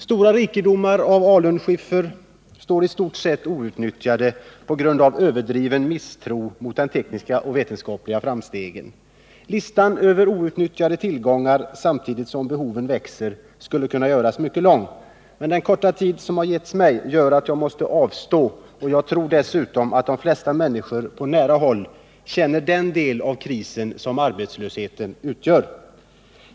Stora rikedomar av alunskiffer ligger i stort sett outnyttjade på grund av en överdriven misstro mot de tekniska och vetenskapliga framstegen. Behoven växer men listan över outnyttjade tillgångar skulle kunna göras mycket lång. Den korta tid som givits mig gör emellertid att jag måste avstå, och jag tror f. ö. att de flesta människor på nära håll känner den del av krisen som arbetslösheten utgör.